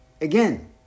again